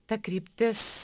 ta kryptis